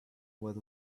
what